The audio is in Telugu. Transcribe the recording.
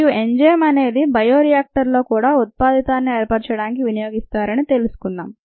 మరియు ఎంజైమ్ అనేది బయో రియాక్టర్లో కూడా ఉత్పాదితాన్ని ఏర్పరచడానికి వినియోగిస్తారని తెలసుకున్నాం